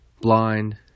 blind